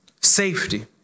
Safety